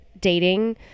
dating